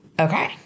Okay